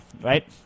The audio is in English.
right